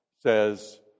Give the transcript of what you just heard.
says